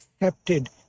accepted